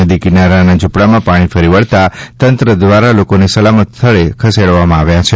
નદી કિનારેના ઝૂપડાંમાં પાણી ફરી વળતા તંત્ર દ્વારા લોકોને સલામત સ્થળે ખસેડાયા છે